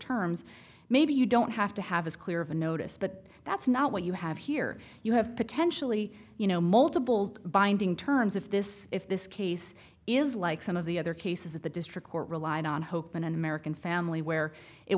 terms maybe you don't have to have as clear of a notice but that's not what you have here you have potentially you know multiple binding terms if this if this case is like some of the other cases of the district court relied on hope in an american family where it